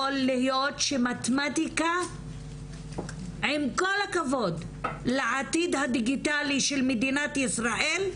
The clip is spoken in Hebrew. להיות שמתמטיקה עם כל הכבוד לעתיד הדיגיטלי של מדינת ישראל,